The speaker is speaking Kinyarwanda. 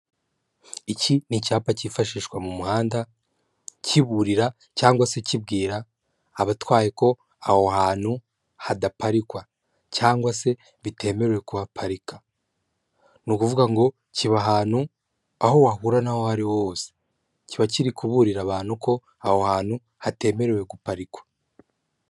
Iki ni icyapa cyifashishwa mu muhanda kiburira cyangwa se kibwira abatwaye ko aho hantu hadaparikwa, cyangwa se bitemerewe kuhaparika . Ni ukuvuga ngo kiba ahantu aho wahura naho ahariho hose kiba kiri kuburira abantu ko aho hantu hatemerewe guparikwa.